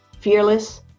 fearless